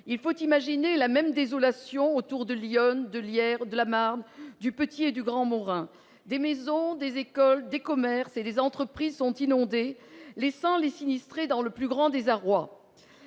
Il faut imaginer la même désolation autour de l'Yonne, de l'Yerres, de la Marne, du Petit et du Grand Morin. Des maisons, des écoles, des commerces et des entreprises sont inondés, laissant les sinistrés dans le plus grand désarroi.